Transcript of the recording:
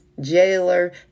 jailer